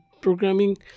programming